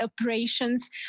operations